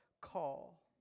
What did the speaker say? call